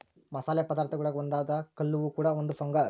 ಮಸಾಲೆ ಪದಾರ್ಥಗುಳಾಗ ಒಂದಾದ ಕಲ್ಲುವ್ವ ಕೂಡ ಒಂದು ಫಂಗಸ್